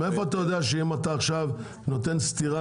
אז מאיפה אתה יודע שאם אתה עכישו נותן סטירה